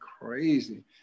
crazy